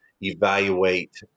evaluate